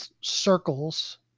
circles